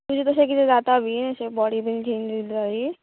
तुजें तशें कितें जाता बीन अशें बॉडी बीन चेंजीस